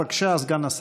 בבקשה, סגן השר.